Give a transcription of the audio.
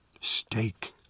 steak